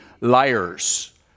liars